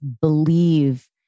believe